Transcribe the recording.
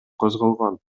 козголгон